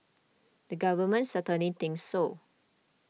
the government certainly thinks so